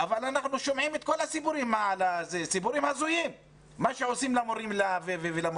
אבל אנחנו שומעים את כל הסיפורים ההזויים של מה שעושים למורים ולמורות.